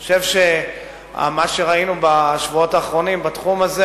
אני חושב שמה שראינו בשבועות האחרונים בתחום הזה